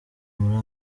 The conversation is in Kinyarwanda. muri